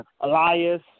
Elias